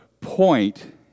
point